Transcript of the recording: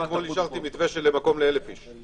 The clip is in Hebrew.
רק אתמול אישרתי מתווה של מקום לאלף איש.